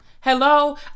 Hello